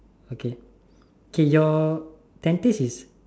okay okay your tentage is